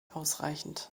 ausreichend